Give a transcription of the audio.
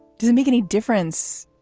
does it make any difference,